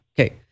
Okay